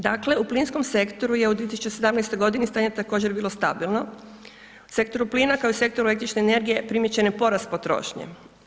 Dakle, u plinskom sektoru je u 2017. godini stanje također bilo stabilno, u sektoru plina kao i u sektoru električne energije primijećen je porast potrošnje.